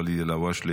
ואליד אלהואשלה,